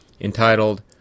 entitled